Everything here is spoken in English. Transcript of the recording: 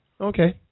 Okay